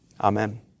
Amen